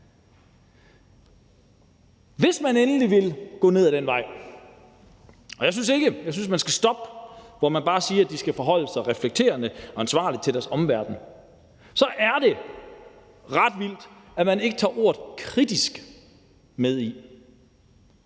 Hvis man endelig ville gå ned ad den vej – jeg synes, at man skal stoppe, hvor man bare siger, at de skal holde sig reflekterende og ansvarligt til deres omverden – så er det ret vildt, at man ikke tager ordet kritisk med.